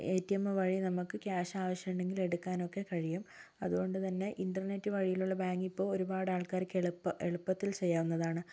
A T M വഴി നമുക്ക് cash ആവശ്യമുണ്ടെങ്കിൽ എടുക്കാനൊക്കെ കഴിയും അതുകൊണ്ട് തന്നെ ഇൻറർനെറ്റ് വഴിയിലുള്ള ബാങ്കിംഗ് ഇപ്പോൾ ഒരുപാടാൾക്കാർക്ക് എളുപ്പാ എളുപ്പത്തിൽ ചെയ്യാവുന്നതാണ്